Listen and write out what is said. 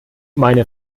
meine